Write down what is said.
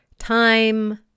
time